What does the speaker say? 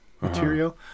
material